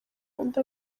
undi